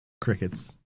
Crickets